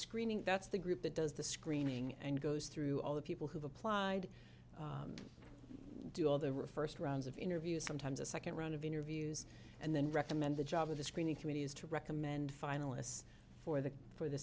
screening that's the group that does the screening and goes through all the people who've applied do all there were first rounds of interviews sometimes a second round of interviews and then recommend the job of the screening committee is to recommend finalists for the for the